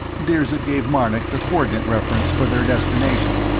dirzed gave marnik the co-ordinate reference for their destination.